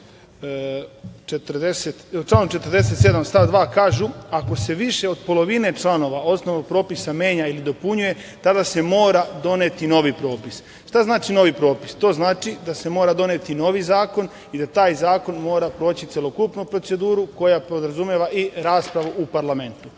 stav 2. kažu – ako se više od polovine članova osnovnog propisa menja i dopunjuje tada se mora doneti novi propis. Šta znači novi propis? To znači da se mora doneti novi zakon i da taj zakon mora proći celokupnu proceduru koja podrazumeva i raspravu u parlamentu.